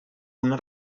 una